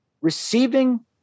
receiving